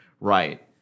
right